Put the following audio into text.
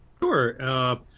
Sure